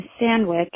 sandwich